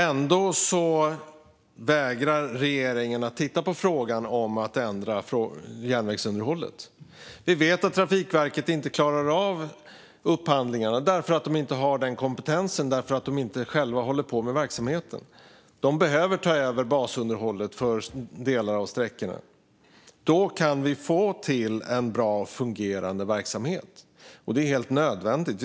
Ändå vägrar regeringen att titta på frågan om att ändra järnvägsunderhållet. Vi vet att Trafikverket inte klarar av upphandlingarna därför att de inte har den kompetensen. De håller ju inte själva på med verksamheten. De behöver ta över basunderhållet för delar av sträckorna. Då kan vi få till en bra och fungerande verksamhet. Det är helt nödvändigt.